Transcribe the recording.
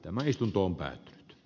tämä istuntompää p